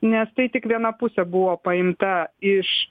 nes tai tik viena pusė buvo paimta iš